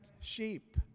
sheep